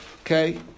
Okay